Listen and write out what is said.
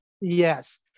Yes